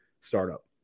startup